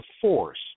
Force